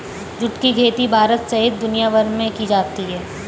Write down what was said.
जुट की खेती भारत सहित दुनियाभर में की जाती है